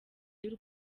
y’u